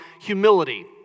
humility